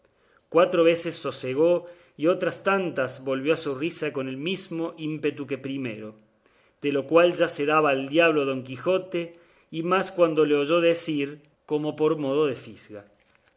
cuatro veces sosegó y otras tantas volvió a su risa con el mismo ímpetu que primero de lo cual ya se daba al diablo don quijote y más cuando le oyó decir como por modo de fisga